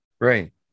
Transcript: right